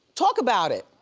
talk about it